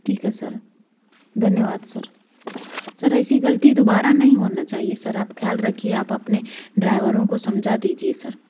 ठीक है सर धन्यवाद सर सर ऐसी गलती दोबारा नहीं होना चाहिए सर आप ख्याल रखिए आप अपने ड्राइवरों को समझा दीजिए सर